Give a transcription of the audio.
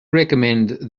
recommend